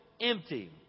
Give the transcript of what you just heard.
empty